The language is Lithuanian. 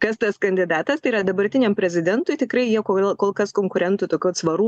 kas tas kandidatas tai yra dabartiniam prezidentui tikrai nieko kol kas konkurentų tokių atsvarų